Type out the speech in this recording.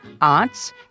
arts